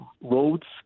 roads